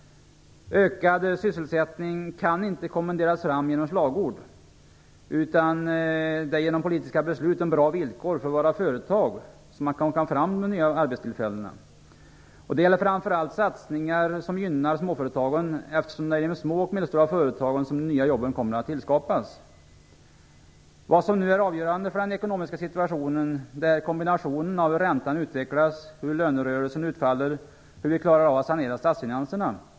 Ökad sysselsättning kan inte kommenderas fram genom slagord, utan det är genom politiska beslut om bra villkor för våra företag som man kan skapa nya arbetstillfällen. Det gäller framför allt satsningar som gynnar småföretagen, eftersom det är inom de små och medelstora företagen som de nya jobben kommer att skapas. Vad som nu är avgörande för den ekonomiska situationen är kombinationen av hur räntan utvecklas, hur lönerörelsen utfaller och hur vi klarar av att sanera statsfinanserna.